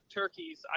turkeys